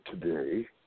today